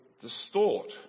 distort